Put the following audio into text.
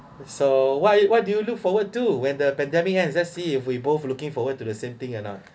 so what what do you look forward to when the pandemic and let's see if we both looking forward to the same thing or not